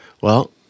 Well-